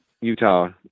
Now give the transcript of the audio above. Utah